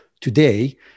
today